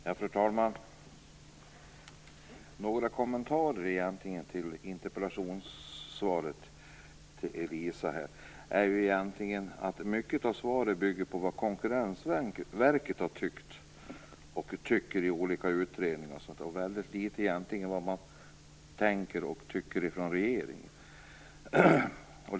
Fru talman! Jag har några kommentarer till interpellationssvaret till Elisa Abascal Reyes. Mycket av svaret bygger på vad Konkurrensverket har tyckt och tycker i olika utredningar osv. Det handlar väldigt litet om vad regeringen tycker och tänker.